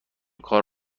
کار